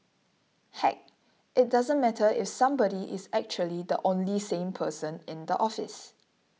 heck it doesn't matter if somebody is actually the only sane person in the office